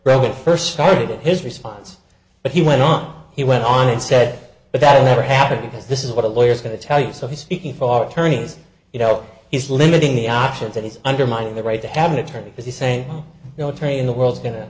the first started his response but he went on he went on and said but that never happened because this is what a lawyer is going to tell you so he's speaking for attorneys you know he's limiting the options that he's undermining the right to have an attorney because he's saying you know train the world's go